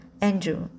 Andrew